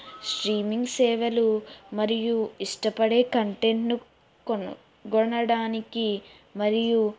streaming సేవలు మరియు ఇష్టపడే కంటెంట్ను కనుగొనడానికి మరియు